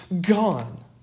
gone